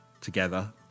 together